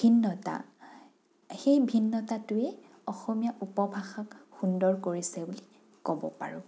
ভিন্নতা সেই ভিন্নতাটোৱে অসমীয়া উপভাষাক সুন্দৰ কৰিছে বুলি ক'ব পাৰোঁ